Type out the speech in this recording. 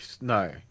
no